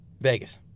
Vegas